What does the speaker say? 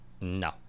No